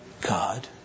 God